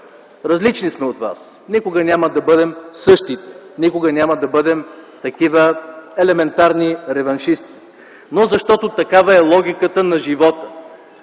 Различни сме от вас! Никога няма да бъдем същите, никога няма да бъдем такива елементарни реваншисти. Но защото такава е логиката на живота